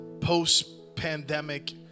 post-pandemic